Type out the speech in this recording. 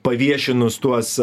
paviešinus tuos